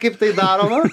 kaip tai daroma